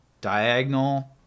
diagonal